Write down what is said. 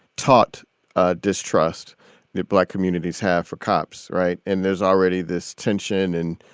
taught distrust that black communities have for cops, right? and there's already this tension and